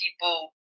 people